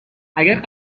اگر